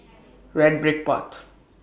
Red Brick Path